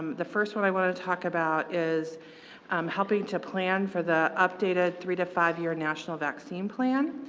the first one i want to talk about is um helping to plan for the updated three to five year national vaccine plan.